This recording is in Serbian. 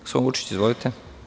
Gospodine Vučiću, izvolite.